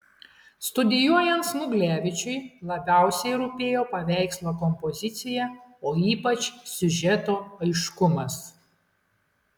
studijuojant smuglevičiui labiausiai rūpėjo paveikslo kompozicija o ypač siužeto aiškumas